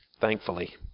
thankfully